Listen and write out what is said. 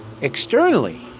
externally